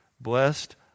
Blessed